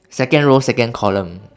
second row second column